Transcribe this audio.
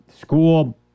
school